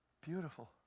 beautiful